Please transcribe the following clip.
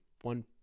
one